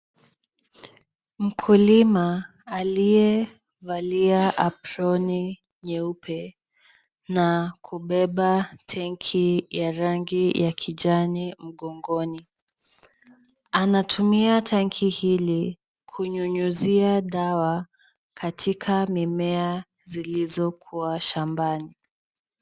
Mkulima aliyevalia aproni nyeupe na kubeba tenki ya rangi ya kijani mgongoni. Anatumia tanki hili kunyunyuzia dawa katika mimea zilizokuwa shambani.